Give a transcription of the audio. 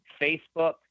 Facebook